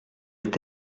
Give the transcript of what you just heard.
est